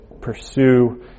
pursue